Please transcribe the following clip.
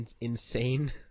insane